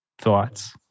Thoughts